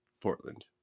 portland